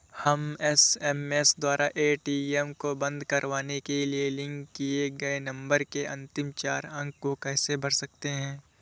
हम एस.एम.एस द्वारा ए.टी.एम को बंद करवाने के लिए लिंक किए गए नंबर के अंतिम चार अंक को कैसे भर सकते हैं?